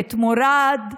את מוראד,